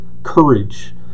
courage